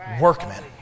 workmen